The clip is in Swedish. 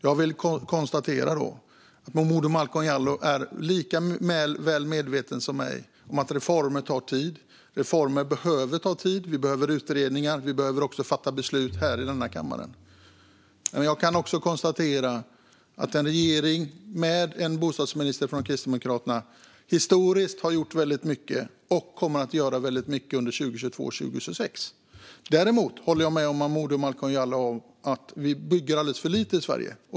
Malcolm Momodou Jallow är lika väl medveten som jag om att reformer tar tid. De behöver ta tid. Vi behöver utredningar, och vi behöver fatta beslut i denna kammare. Jag kan också konstatera att en regering med en bostadsminister från Kristdemokraterna historiskt har gjort väldigt mycket och kommer att göra väldigt mycket under perioden 2022-2026. Däremot håller jag med Malcolm Momodou Jallow om att vi bygger alldeles för lite i Sverige.